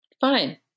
Fine